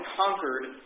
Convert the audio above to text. conquered